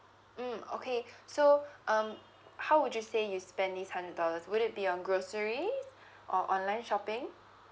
mm okay so um how would you say you spend is hundred dollars would it be on groceries or online shopping